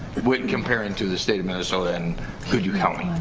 when comparing to the state of minnesota, and could you help me?